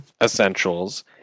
essentials